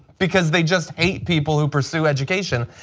because they just hate people who pursue education.